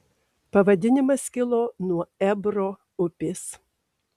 pavadinimas kilo nuo ebro upės